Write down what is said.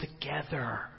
together